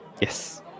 Yes